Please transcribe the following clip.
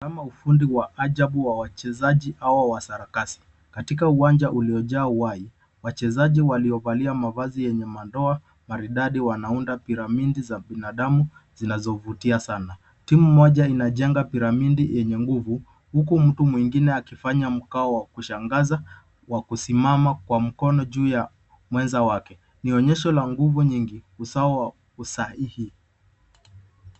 Ufundi wa ajabu wa wachezaji hawa wasarakasi katika uwanja uliojaa uwai. Wachezaji waliovalia mavazi yenye manoa maridadi na wanaunda piramidi za binadamu zinazovutia sana. Timu moja inajenga piramidi yenye nguvu huku mwengine akifanya mkao wa kushangaza wa kusimama kwa mkono juu ya mwenza wake. Ni onyesho la nguvu nyingi usao wa usahihi.